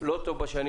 זה לא טוב עכשיו.